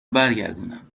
برگردونم